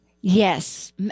Yes